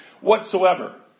whatsoever